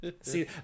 See